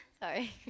Sorry